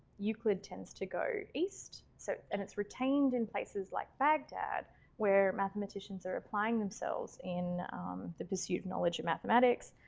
euclid tends to go east. so, and it's retained in places like baghdad where mathematicians are applying themselves in the pursuit of knowledge of mathematics.